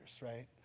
right